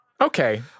Okay